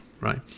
right